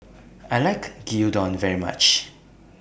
I like Gyudon very much